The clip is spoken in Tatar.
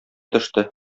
төште